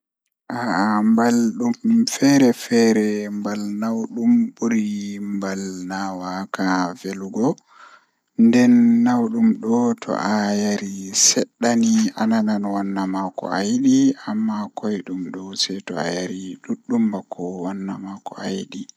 Ko njogorde ɗi faamini no woodi, ko ngam a faamataa ɗee njikataaɗe konngol maa. A waawi waɗde heɓre nde njogitde e njarɗe ɗi njikataaɗe. Kono waɗal ngal jooni faamataa ko waɗata e simulaasii maa, ngam ɗum no heɓiraa ɗe njikataaɗo ɗum, waɗataa ko a waɗa naatude e njipirde dow hakkunde konngol maa e njogorde ɗi.